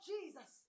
Jesus